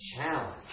challenge